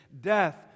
death